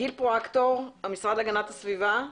גיל פרואקטור, המשרד להגנת הסביבה,